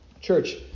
Church